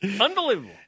Unbelievable